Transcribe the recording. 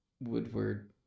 Woodward